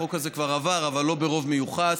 החוק הזה כבר עבר, אבל לא ברוב מיוחס.